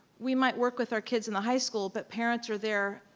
we might work with our kids in the high school, but parents are there,